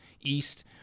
east